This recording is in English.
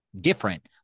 different